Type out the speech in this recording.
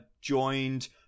joined